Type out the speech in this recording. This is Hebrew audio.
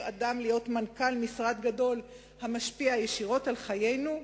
להיות מנכ"ל משרד גדול המשפיע ישירות על חיינו?